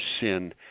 sin